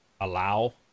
allow